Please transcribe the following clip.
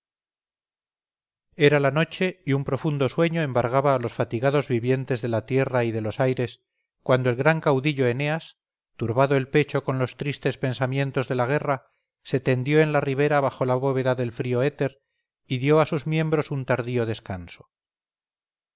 era la noche y un profundo sueño embargaba a los fatigados vivientes de la tierra y de los aires cuando el gran caudillo eneas turbado el pecho con los tristes pensamientos de la guerra se tendió en la ribera bajo la bóveda del frío éter y dio a sus miembros un tardío descanso